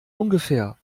ungefähr